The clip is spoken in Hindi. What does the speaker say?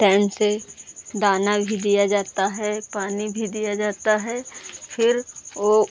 टाएम से दाना भी दिया जाता है पानी भी दिया जाता हैं फिर वह